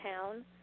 town